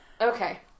Okay